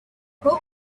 what